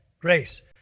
grace